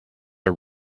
are